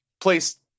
place